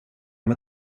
med